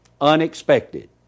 Unexpected